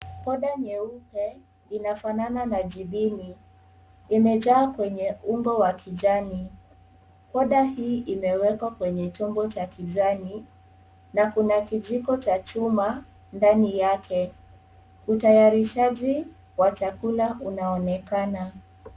Poda nyeupe inafanana na jibino imejaa kwenye ungo wa kijani poda hii imewekwa kwenye chombo cha kijani na kuna kijiko cha chuma ndani yake utayarisha wa chakula unaonekana.